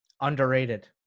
Underrated